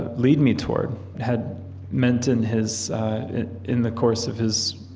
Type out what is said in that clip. lead me toward had meant in his in the course of his